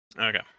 Okay